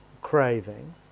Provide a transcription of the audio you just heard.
craving